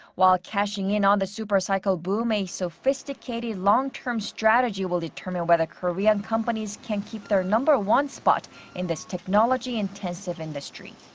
while cashing in on the supercycle boom, a sophisticated, long-term strategy will determine whether korean companies can keep their number one spot in this technology-instensive industry.